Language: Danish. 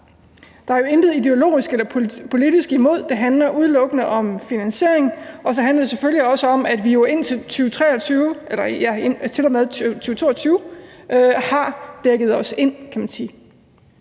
Der er jo intet politisk og intet ideologisk imod det. Det handler udelukkende om finansieringen, og så handler det selvfølgelig også om, at vi jo til og med 2023 har dækket os ind, kan man sige.